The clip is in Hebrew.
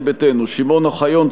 ישראל ביתנו: שמעון אוחיון,